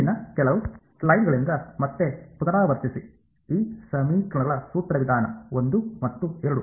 ಹಿಂದಿನ ಕೆಲವು ಸ್ಲೈಡ್ಗಳಿಂದ ಮತ್ತೆ ಪುನರಾವರ್ತಿಸಿ ಈ ಸಮೀಕರಣಗಳ ಸೂತ್ರವಿಧಾನ 1 ಮತ್ತು 2 ಎಂದು ಹೇಳುತ್ತದೆ